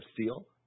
Steel